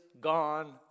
gone